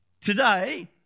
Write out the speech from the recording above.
Today